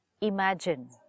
Imagine